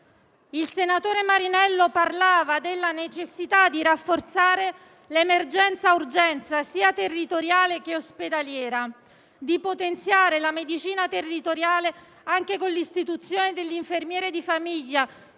Il senatore Marinello parlava della necessità di rafforzare l'emergenza-urgenza, sia territoriale sia ospedaliera, di potenziare la medicina territoriale anche con l'istituzione dell'infermiere di famiglia;